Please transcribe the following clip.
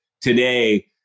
today